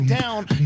down